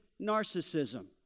narcissism